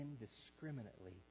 indiscriminately